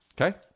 Okay